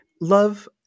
love